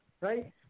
right